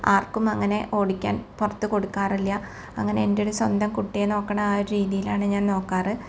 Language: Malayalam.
ആർക്കും അങ്ങനെ ഓടിക്കാൻ പുറത്ത് കൊടുക്കാറില്ല അങ്ങനെ എന്റെ ഒരു സ്വന്തം സൊന്തം കുട്ടിയെ നോക്കുന്ന ആ ഒരു രീതിയിലാണ് ഞാൻ നോക്കാറ്